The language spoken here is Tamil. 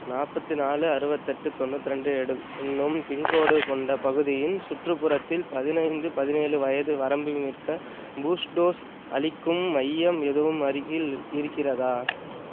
நாற்பத்தி நாலு அறுபத்தெட்டு தொண்ணூற்றி ரெண்டு எடு என்னும் பின்கோடு கொண்ட பகுதியின் சுற்றுப்புறத்தில் பதினைந்து பதினேழு வயது வரம்புமிற்க பூஸ்ட் டோஸ் அளிக்கும் மையம் எதுவும் அருகில் இருக் இருக்கிறதா